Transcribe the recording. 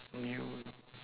you